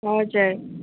हजुर